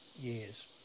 years